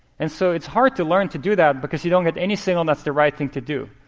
and so it's hard to learn to do that, because you don't get any signal that's the right thing to do.